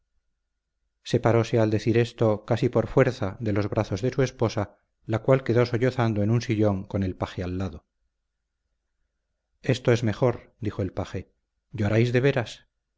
separóse al decir esto casi por fuerza de los brazos de su esposa la cual quedó sollozando en un sillón con el paje al lado esto es mejor dijo el paje lloráis de veras